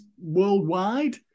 worldwide